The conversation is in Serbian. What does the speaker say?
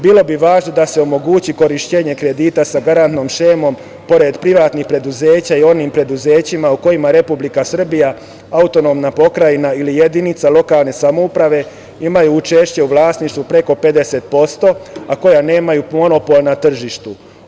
Bilo bi važno da se omogući korišćenje kredite sa garantnom šemom, pored privatnih preduzeća, i onim preduzećima o kojima Republika Srbija, AP ili jedinica lokalne samouprave imaju učešće u vlasništvu preko 50%, a koja nemaju monopol na tržištu.